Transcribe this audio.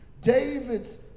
David's